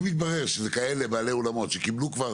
אם יתברר שזה כאלה בעלי אולמות שקיבלו כבר